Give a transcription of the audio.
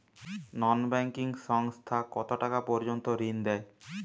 নন banking সংস্থা কতটাকা পর্যন্ত ঋণ দেয়?